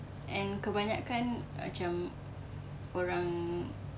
and kebanyakan macam orang